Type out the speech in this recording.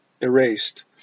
erased